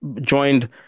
joined